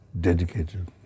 dedicated